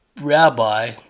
rabbi